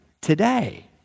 Today